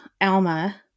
Alma –